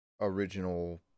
original